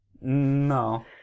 No